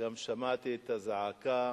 וגם שמעתי את הזעקה